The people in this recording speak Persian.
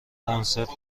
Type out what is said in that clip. کنسرت